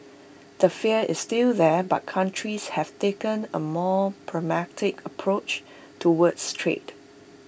the fear is still there but countries have taken A more pragmatic approach towards trade